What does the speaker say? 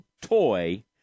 toy